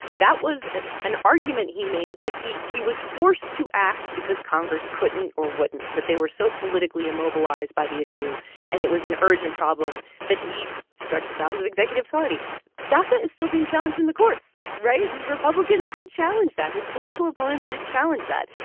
that was an argument he made that he he was forced to act because congress couldn't or wouldn't, that they were so politically immobilized by the issue and it was an urgent problem that he stretched the bounds of executive authority daca is still being challenged in the courts, right? republicans did challenge that. his political opponents did challenge that.